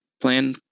plan